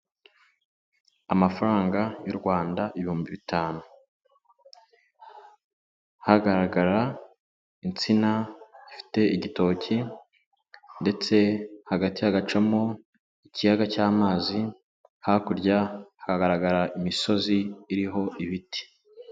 Amafaranga y'u Rwanda ibihumbi bitanu, hagaragara insina ifite igitoki ndetse hagati hagacamo ikiyaga cy'amazi, hakurya hakagaragara imisozi iriho ibiti.